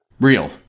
real